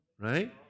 right